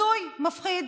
הזוי, מפחיד.